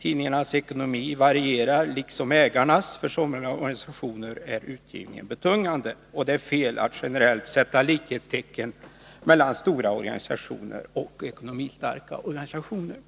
Tidningarnas ekonomi varierar, liksom ägarnas. För somliga organisationer är utgivningen betungande. Det är fel att generellt sätta likhetstecken mellan stora organisationer och ekonomistarka organisationer.